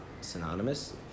synonymous